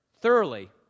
thoroughly